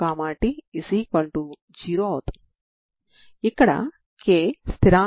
కాబట్టి ఇప్పుడు మనం ఇక్కడ ప్రారంభ విలువ కలిగిన సమస్యను పరిశీలిద్దాం